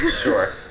Sure